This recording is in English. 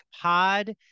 Pod